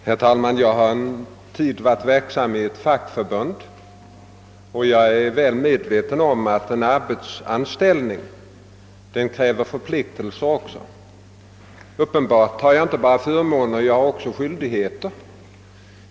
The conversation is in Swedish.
Herr talman! Jag har en tid varit verksam i ett fackförbund, och jag är väl medveten om att en arbetsanställning även medför förpliktelser: jag har som anställd inte bara förmåner utan också skyldigheter.